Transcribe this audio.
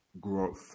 growth